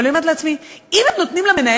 אבל אני אומרת לעצמי: אם הם נותנים למנהל